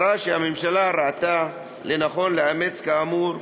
זו הייתה מטרה שהממשלה ראתה לנכון לאמץ, כאמור,